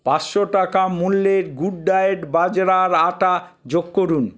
পাঁচশো টাকা মূল্যের গুড ডায়েট বাজরার আটা যোগ করুন